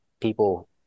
people